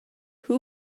who